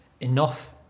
enough